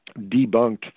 debunked